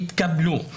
התקבלו.